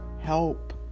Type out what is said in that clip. help